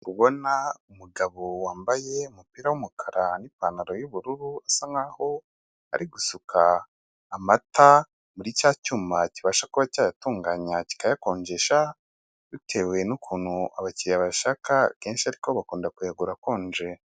Ubona umugabo wambaye umupira w'umukara nipantaro y'ubururu asa nkaho ari gusuka amata muri cya cyuma kibasha kuba cyayatunganya kikayakonjesha bitewe nkuntu abakiriya bashaka kenshi ariko bakunda kuyagurakonje.